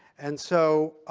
and so,